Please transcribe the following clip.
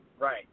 Right